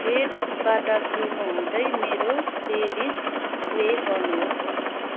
फेदबाट शुरु हुँदै मेरो प्लेलिस्ट प्ले गर्नुहोस्